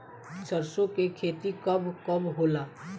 सरसों के खेती कब कब होला?